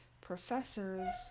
professors